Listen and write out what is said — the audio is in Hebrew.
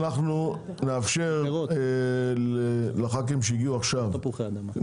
אנחנו נאפשר לחברי הכנסת שהגיעו עכשיו לדבר.